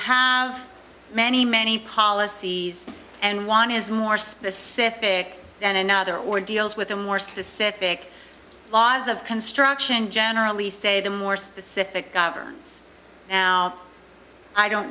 have many many policies and one is more specific than another or deals with the more specific laws of construction generally say the more specific governs i don't